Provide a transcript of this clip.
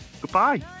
goodbye